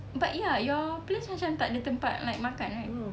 but ya your place macam takde tempat like makan right